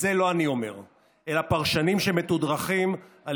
את זה לא אני אומר אלא פרשנים שמתודרכים על